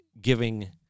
giving